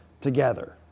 together